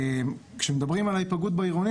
כשמדברים על ההיפגעות בעירוני,